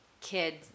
kids